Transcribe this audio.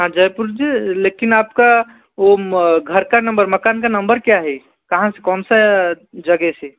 हाँ जयपुर ज लेकिन आप का वो घर का नंबर मकान का नंबर क्या है कहाँ से कौन सी जगह से